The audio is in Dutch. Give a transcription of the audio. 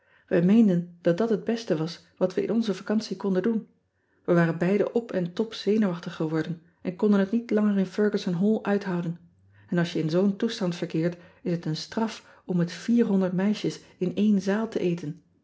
ij meenden dat dat het beste was wat we in onze vacantie doen konden e waren beiden op en top zenuwachtig geworden en konden het niet langer in ergussen all uithouden n als je in zoo n toestand verkeert is het een straf om met meisjes in één zaal te eten